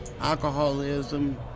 alcoholism